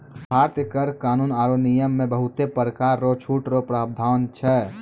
भारतीय कर कानून आरो नियम मे बहुते परकार रो छूट रो प्रावधान छै